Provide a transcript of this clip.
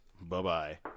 Bye-bye